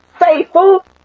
faithful